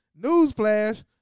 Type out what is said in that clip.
Newsflash